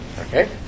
Okay